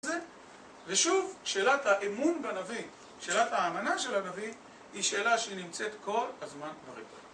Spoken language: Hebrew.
ושוב, שאלת האמון בנביא, שאלת האמנה של הנביא, היא שאלה שנמצאת כל הזמן ברקע.